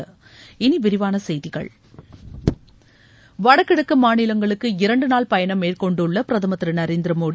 இனி விரிவான செய்திகள் வடகிழக்கு மாநிலங்களுக்கு இரண்டு நாள் பயணம் மேற்கொண்டுள்ள பிரதமர் திரு நரேந்திரமோடி